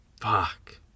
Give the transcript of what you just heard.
Fuck